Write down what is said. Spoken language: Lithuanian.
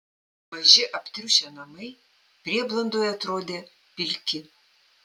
maži aptriušę namai prieblandoje atrodė pilki